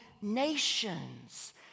nations